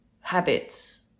habits